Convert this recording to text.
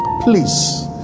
Please